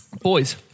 boys